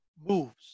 moves